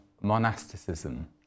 monasticism